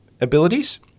abilities